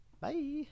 bye